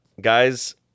guys